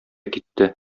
китте